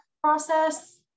process